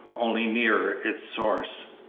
only nearer its source.